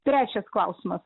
trečias klausimas